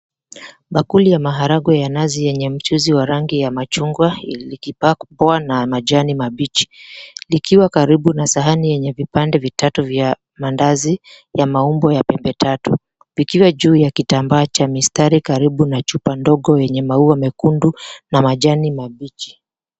Bakuli ya maharagwe ya nazi yenye mchuuzi wa rangi ya machungwa likipakwa na majani mabichi, likiwa karibu na sahani yenye vipande vitatu vya mandazi ya maumbo ya pembe tatu ikiwa juu ya kitamba cha mistari karibu na chupa ndogo yenye maua mekundu na majani mabichi.